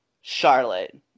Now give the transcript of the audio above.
Charlotte